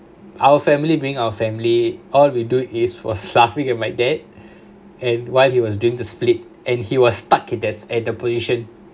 our family being our family all we do is was suffering with my dad and while we were doing the split and he was stuck in that's at that position